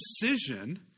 decision